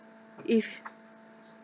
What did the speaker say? if